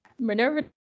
Minerva